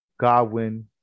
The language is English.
godwin